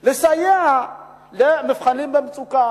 לסייע למפעלים במצוקה.